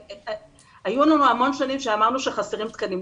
היו לנו המון שנים שאמרנו שחסרים תקנים.